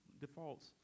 defaults